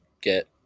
get